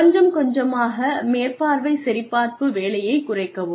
கொஞ்சம் கொஞ்சமாக மேற்பார்வை சரிபார்ப்பு வேலையைக் குறைக்கவும்